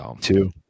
Two